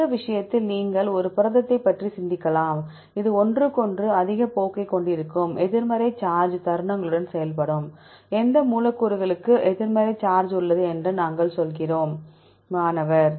இந்த விஷயத்தில் நீங்கள் ஒரு புரதத்தைப் பற்றி சிந்திக்கலாம் இது ஒன்றுக்கொன்று அதிக போக்கைக் கொண்டிருக்கும் எதிர்மறை சார்ஜ் தருணங்களுடன் செயல்படுங்கள் எந்த மூலக்கூறுகளுக்கு எதிர்மறை சார்ஜ் உள்ளது என்று நாங்கள் சொல்கிறோம் மாணவர் refer time01